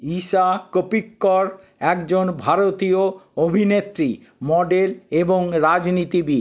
ইশা কোপিক্কর একজন ভারতীয় অভিনেত্রী মডেল এবং রাজনীতিবিদ